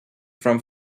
from